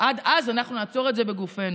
עד אז, נעצור את זה בגופנו".